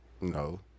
No